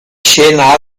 scena